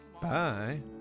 Bye